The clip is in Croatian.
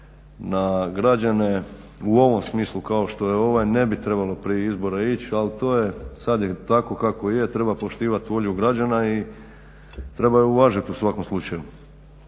na građane u ovom smislu kao što je ovaj ne bi trebalo prije izbora ići, ali sad je tako kako je, treba poštivat volju građana i treba ju uvažit u svakom slučaju.